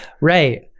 Right